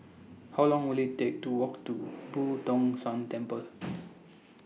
How Long Will IT Take to Walk to Boo Tong San Temple